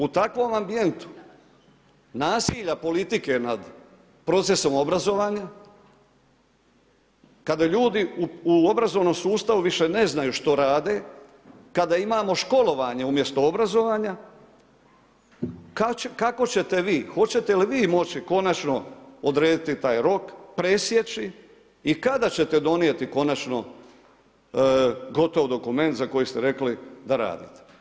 U takvom ambijentu nasilja politike nad procesom obrazovanja kada ljudi u obrazovnom sustavu više ne znaju što rade, kada imamo školovanje umjesto obrazovanja kako ćete vi, hoćete li vi moći konačno odrediti taj rok, presjeći i kada ćete donijeti konačno gotov dokument za koji ste rekli da radite.